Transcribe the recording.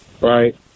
right